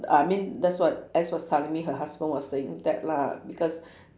I mean that's what S was telling me her husband was saying that lah because